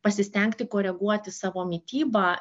pasistengti koreguoti savo mitybą